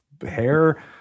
Hair